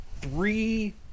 three